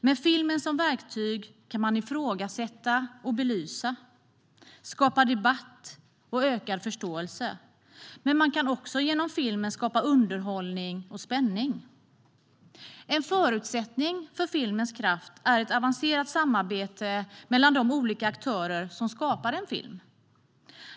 Med filmen som verktyg kan man ifrågasätta och belysa, skapa debatt och ökad förståelse, men man kan också med filmen skapa underhållning och spänning. En förutsättning för filmens kraft är ett avancerat samarbete mellan de olika aktörer som skapar en film.